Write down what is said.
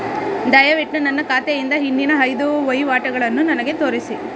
ದಯವಿಟ್ಟು ನನ್ನ ಖಾತೆಯಿಂದ ಹಿಂದಿನ ಐದು ವಹಿವಾಟುಗಳನ್ನು ನನಗೆ ತೋರಿಸಿ